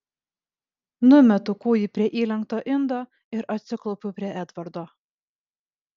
numetu kūjį prie įlenkto indo ir atsiklaupiu prie edvardo